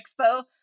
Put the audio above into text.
expo